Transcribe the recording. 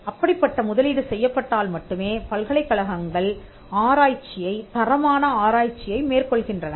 அப்படிப்பட்ட முதலீடு செய்யப்பட்டால் மட்டுமே பல்கலைக்கழகங்கள் ஆராய்ச்சியை தரமான ஆராய்ச்சியை மேற்கொள்கின்றன